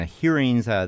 hearings